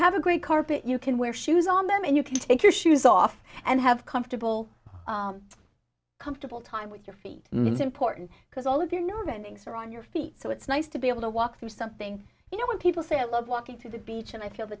have a great carpet you can wear shoes on them and you can take your shoes off and have comfortable comfortable time with your feet and it's important because all of your nerve endings are on your feet so it's nice to be able to walk through something you know when people say i love walking to the beach and i feel the